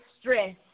stress